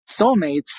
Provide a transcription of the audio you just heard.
soulmates